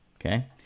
okay